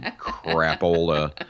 crapola